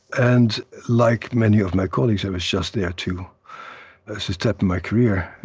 and like many of my colleagues, i was just there to as a step in my career.